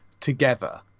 together